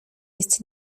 jest